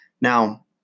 now